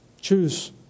Choose